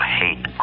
hate